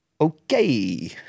Okay